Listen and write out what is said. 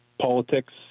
politics